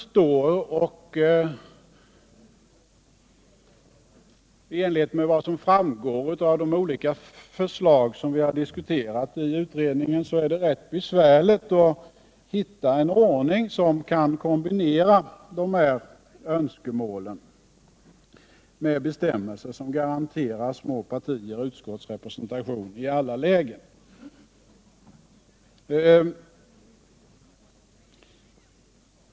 Som framgår av de olika förslag som vi diskuterat i utredningen är det rätt besvärligt att hitta en ordning som gör det möjligt att kombinera de här önskemålen med bestämmelser som garanterar små partier utskottsrepresentation i alla lägen.